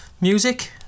Music